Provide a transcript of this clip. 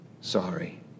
sorry